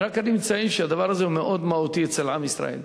אני רק מציין שהדבר הזה מהותי מאוד אצל עם ישראל.